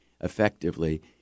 effectively